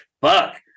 fuck